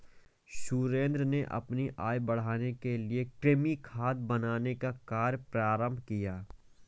सुरेंद्र ने अपनी आय बढ़ाने के लिए कृमि खाद बनाने का कार्य प्रारंभ किया